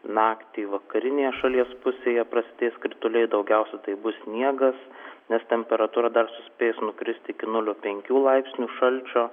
naktį vakarinėje šalies pusėje prasidės krituliai daugiausia tai bus sniegas nes temperatūra dar suspės nukristi ikinulio penkių laipsnių šalčio